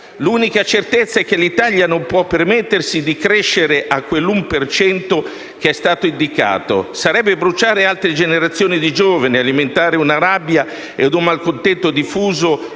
L'unica certezza è che l'Italia non può permettersi di crescere a quell'uno per cento che è stato indicato: sarebbe bruciare altre generazioni di giovani, alimentare una rabbia, un malcontento diffuso,